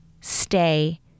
stay